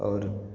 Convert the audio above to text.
आओर